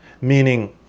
Meaning